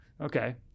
Okay